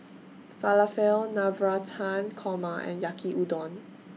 Falafel Navratan Korma and Yaki Udon